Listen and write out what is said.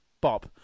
Bob